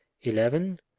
Eleven